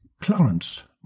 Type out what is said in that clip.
Clarence